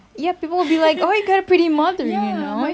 ya people would be like oh my god pretty mum you know